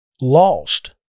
lost